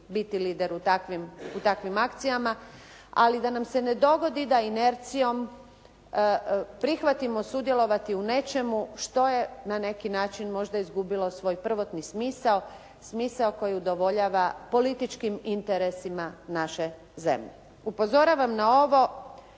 biti lider u takvim akcijama. Ali da nam se ne dogodi da inercijom prihvatimo sudjelovati u nečemu što je na neki način možda izgubilo svoj prvotni smisao, smisao koji udovoljava političkim interesima naše zemlje. Upozoravam na ovo.